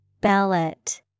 Ballot